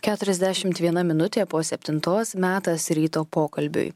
keturiasdešimt viena minutė po septintos metas ryto pokalbiui